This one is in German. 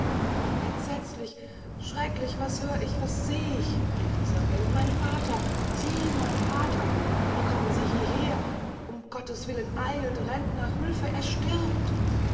entsetzlich schrecklich was hör ich was seh ich rief isabelle mein vater sie mein vater wie kommen sie hieher um gotteswillen eilt rennt nach hülfe er stirbt